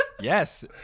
Yes